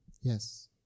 Yes